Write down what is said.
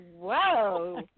Whoa